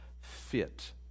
fit